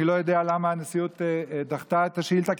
אני לא יודע למה הנשיאות דחתה את השאילתה,